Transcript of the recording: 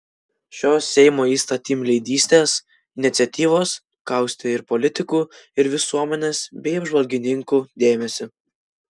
šios seimo įstatymleidystės iniciatyvos kaustė ir politikų ir visuomenės bei apžvalgininkų dėmesį